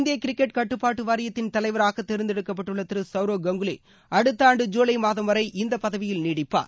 இந்திய கிரிக்கெட் கட்டுப்பாட்டு வாரியத்தின் தலைவராக தேர்ந்தெடுக்கப்பட்டுள்ள திரு சவ்ரவ் கங்குலி அடுத்த ஆண்டு ஜுலை மாதம்வரை இந்த பதவியில் நீடிப்பார்